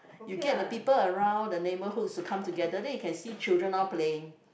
you get the people around the neighbourhood to come together then you can see children all playing